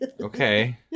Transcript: Okay